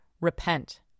Repent